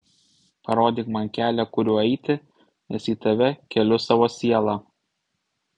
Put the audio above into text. parodyk man kelią kuriuo eiti nes į tave keliu savo sielą